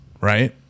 right